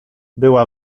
była